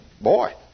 boy